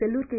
Sellur K